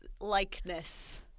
likeness